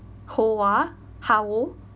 hoah haoh